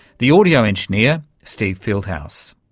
the audio engineer steve fieldhouse.